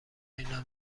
اینا